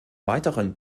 weiteren